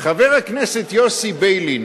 חבר הכנסת יוסי ביילין